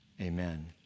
amen